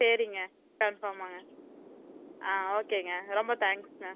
சரிங்க கன்ஃபார்மாகங்க ஆ ஓகேங்க ரொம்ப தேங்க்ஸுங்க